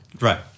Right